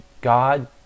God